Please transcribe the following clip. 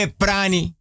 prani